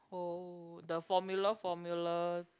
oh the formula formula